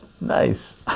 Nice